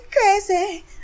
crazy